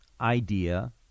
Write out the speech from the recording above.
idea